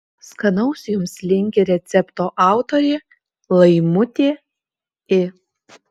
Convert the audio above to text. skanaus jums linki recepto autorė laimutė i